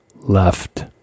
left